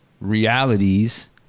realities